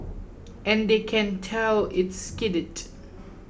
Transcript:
and they can tell is skidded